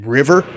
River